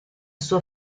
sua